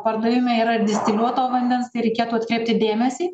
pardavime yra distiliuoto vandens tai reikėtų atkreipti dėmesį